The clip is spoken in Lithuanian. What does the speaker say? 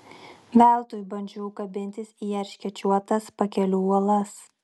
veltui bandžiau kabintis į erškėčiuotas pakelių uolas